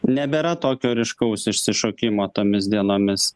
nebėra tokio ryškaus išsišokimo tomis dienomis